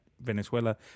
Venezuela